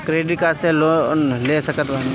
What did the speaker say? Credit card से loan ले सकत बानी?